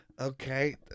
Okay